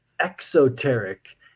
exoteric